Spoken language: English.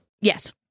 Yes